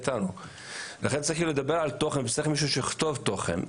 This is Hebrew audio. לכן צריך לדבר על תוכן וצריך מישהו שיכתוב תוכן.